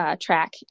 track